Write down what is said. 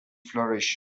flourish